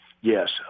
Yes